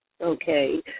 Okay